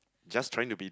just trying to be